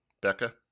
Becca